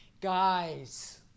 Guys